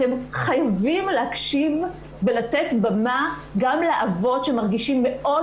אתם חייבים להקשיב ולתת במה גם לאבות שמרגישים מאוד